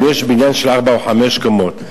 אם יש בניין של ארבע או חמש קומות,